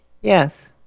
Yes